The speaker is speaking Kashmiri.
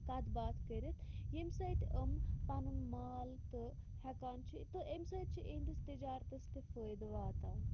کتھ باتھ کٔرِتھ یمہ سۭتۍ یِم پَنُن مال تہٕ ہیٚکان چھِ تہٕ امہ سۭتۍ چِھ یہنٛدِس تِجارتَس تہِ فٲیدٕ واتان